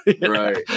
right